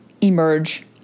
emerge